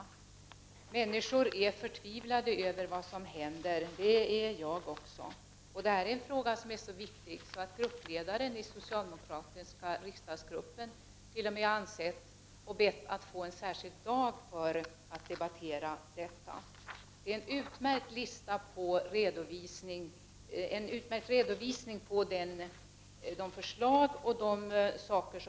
Människor är förtvivlade över vad som händer, och det är också jag. Det här är en fråga som är så viktig att t.o.m. ledaren för den socialdemokratiska riksdagsgruppen bett att man skall få en särskild dag för att debattera detta. Det har lämnats en utmärkt redovisning av de förslag som framlagts och s.